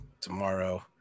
tomorrow